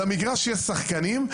על המגרש יש שחקנים,